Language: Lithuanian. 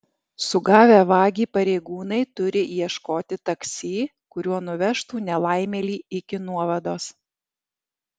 sugavę vagį pareigūnai turi ieškoti taksi kuriuo nuvežtų nelaimėlį iki nuovados